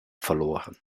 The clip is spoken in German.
verloren